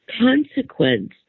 consequence